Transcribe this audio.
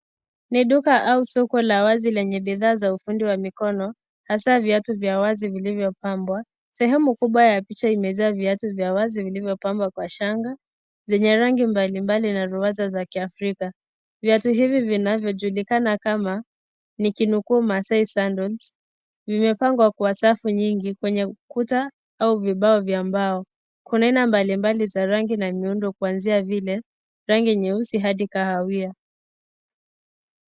Ni duka au soko la wazi lenye bidhaa za ufundi wa mikono hasa viatu vya wazi vilivyobambwa, sehemu kubwa ya picha imejaa viatu vya wazi vilivyobambwa kwa shanga zenye rangi mbalimbali na ruwaza za Kiafrika. Viatu hivi vinavyojulikana kama nikinukuu Maasai sandals vimepangwa kwa safu nyingi kwenye ukuta au vibao vya mbao kuna aina mbalimbali za rangi na miundo kuanzia vile rangi nyeusi hadi kahawia.